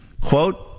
Quote